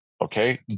Okay